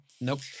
Nope